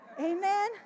Amen